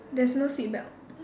there's no seat belt